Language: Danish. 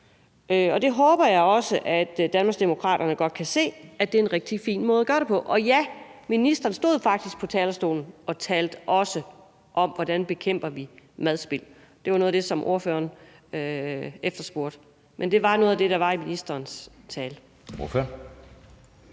Og det håber jeg også at Danmarksdemokraterne godt kan se, altså at det er en rigtig fin måde at gøre det på. Og ja, ministeren stod faktisk på talerstolen og talte også om, hvordan vi bekæmper madspild. Det var noget af det, som ordføreren efterspurgte. Men det var noget af det, der var i ministerens tale.